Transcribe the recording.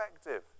effective